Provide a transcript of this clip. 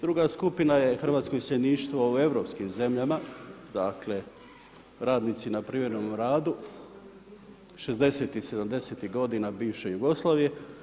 Druga skupina je hrvatsko iseljeništvo u europskim zemljama, dakle radnici na privremenom radu, 60-ih i 70-ih godina bivše Jugoslavije.